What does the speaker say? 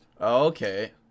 Okay